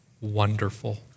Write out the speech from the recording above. Wonderful